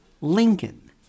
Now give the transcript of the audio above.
Lincoln